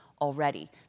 already